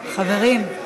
חברים.